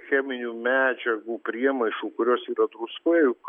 cheminių medžiagų priemaišų kurios yra druskoje juk